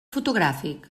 fotogràfic